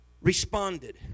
responded